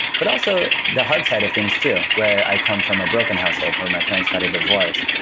but also the heart side of things too. where i come from a broken household, where my parents got a divorce.